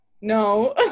No